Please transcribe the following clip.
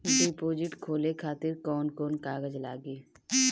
Deposit खोले खातिर कौन कौन कागज लागी?